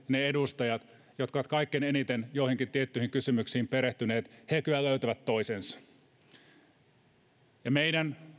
ne edustajat jotka ovat kaikkein eniten joihinkin tiettyihin kysymyksiin perehtyneet kyllä löytävät toisensa meidän